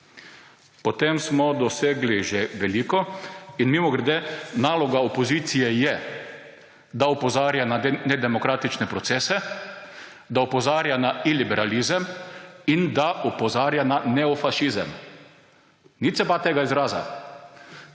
potem smo dosegli že veliko. Mimogrede, naloga opozicije je, da opozarja na nedemokratične procese, da opozarja na iliberalizem in da opozarja na neofašizem. Nič se bati tega izraza.